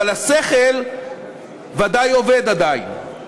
אבל השכל בוודאי עובד עדיין.